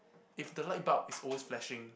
if the lightbulb is always flashing